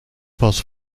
pas